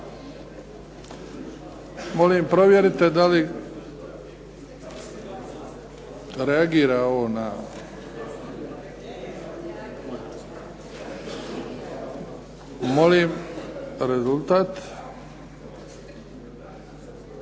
Molim provjerite da li reagira ovo. Molim rezultat?